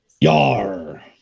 Yar